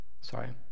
Sorry